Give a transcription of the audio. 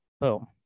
boom